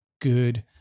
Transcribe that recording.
good